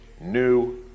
new